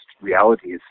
realities